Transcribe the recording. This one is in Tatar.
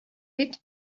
бит